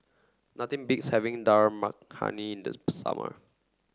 nothing beats having Dal Makhani in the summer